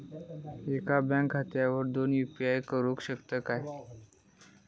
एका बँक खात्यावर दोन यू.पी.आय करुक शकतय काय?